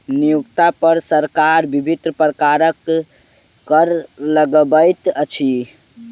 नियोक्ता पर सरकार विभिन्न प्रकारक कर लगबैत अछि